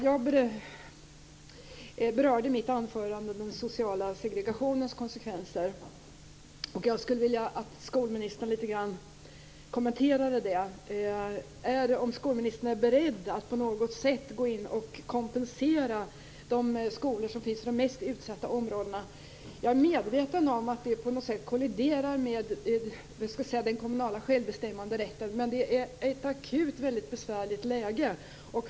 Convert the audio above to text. Jag berörde i mitt anförande den sociala segregationens konsekvenser, som jag skulle vilja att skolministern kommenterade litet grand. Är skolministern beredd att på något sätt gå in och kompensera de skolor som finns i de mest utsatta områdena? Jag är medveten om att det skulle kollidera med den kommunala självbestämmanderätten, men läget är akut och besvärligt.